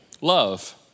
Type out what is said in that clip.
love